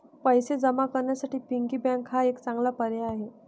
पैसे जमा करण्यासाठी पिगी बँक हा एक चांगला पर्याय आहे